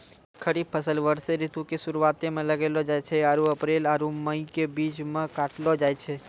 खरीफ फसल वर्षा ऋतु के शुरुआते मे लगैलो जाय छै आरु अप्रैल आरु मई के बीच मे काटलो जाय छै